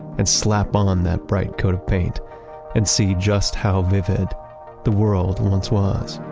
and slap on that bright coat of paint and see just how vivid the world once was